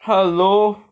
hello